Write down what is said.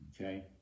okay